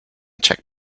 check